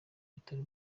bitaro